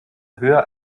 höher